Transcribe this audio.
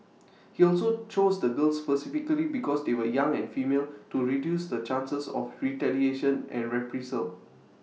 he also chose the girls specifically because they were young and female to reduce the chances of retaliation and reprisal